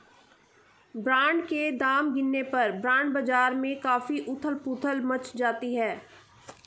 bond के दाम गिरने पर बॉन्ड बाजार में काफी उथल पुथल मच जाती है